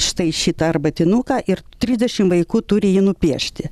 štai šitą arbatinuką ir trisdešim vaikų turi jį nupiešti